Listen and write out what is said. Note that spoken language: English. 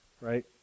right